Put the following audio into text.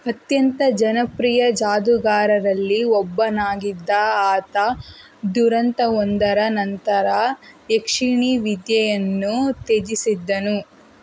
ಅತ್ಯಂತ ಜನಪ್ರಿಯ ಜಾದೂಗಾರರಲ್ಲಿ ಒಬ್ಬನಾಗಿದ್ದ ಆತ ದುರಂತವೊಂದರ ನಂತರ ಯಕ್ಷಿಣಿ ವಿದ್ಯೆಯನ್ನು ತ್ಯಜಿಸಿದ್ದನು